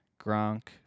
Gronk